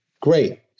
great